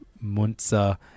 Munza